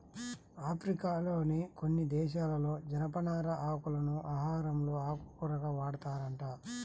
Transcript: ఆఫ్రికాలోని కొన్ని దేశాలలో జనపనార ఆకులను ఆహారంలో ఆకుకూరగా వాడతారంట